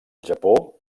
japó